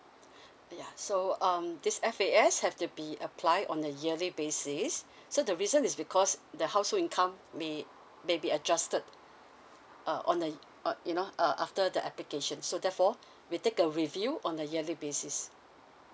ya so um this F_A_S have to be apply on a yearly basis so the reason is because the household income may maybe adjusted uh on the uh you know uh after the application so therefore we take a review on a yearly basis